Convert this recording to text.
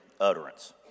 utterance